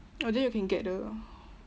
oh then you can get the